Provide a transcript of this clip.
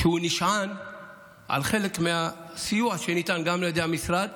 כשהוא נשען על חלק מהסיוע שניתן גם על ידי המשרד,